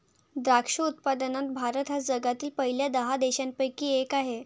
द्राक्ष उत्पादनात भारत हा जगातील पहिल्या दहा देशांपैकी एक आहे